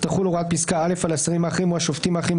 תחול הוראת פסקה (א) על השרים האחרים או השופטים האחרים,